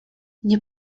nie